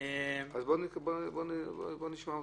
נשמע אותם.